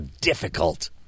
difficult